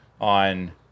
on